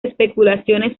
especulaciones